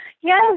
Yes